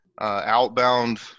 Outbound